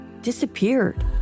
disappeared